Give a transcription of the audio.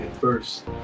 first